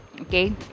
okay